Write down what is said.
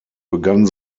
begann